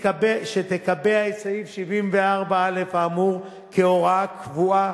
שתקבע את סעיף 74א האמור כהוראה קבועה,